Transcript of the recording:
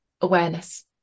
awareness